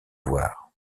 voir